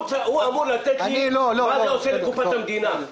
הוא אמור לתת לי ניתוח מה זה עושה לקופת המדינה.